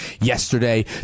yesterday